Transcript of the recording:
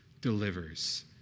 delivers